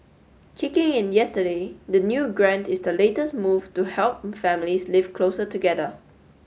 kicking in yesterday the new grant is the latest move to help families live closer together